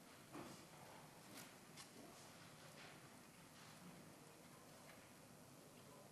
גברתי היושבת-ראש, תודה רבה